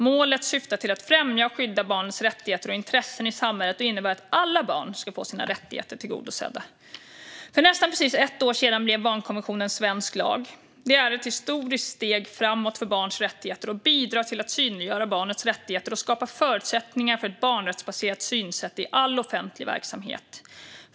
Målet syftar till att främja och skydda barnets rättigheter och intressen i samhället och innebär att alla barn ska få sina rättigheter tillgodosedda. För nästan precis ett år sedan blev barnkonventionen svensk lag. Det är ett historiskt steg framåt för barns rättigheter och bidrar till att synliggöra barnets rättigheter och skapa förutsättningar för ett barnrättsbaserat synsätt i all offentlig verksamhet.